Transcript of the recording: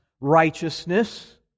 righteousness